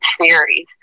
series